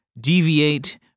deviate